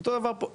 אותו הדבר פה,